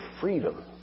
freedom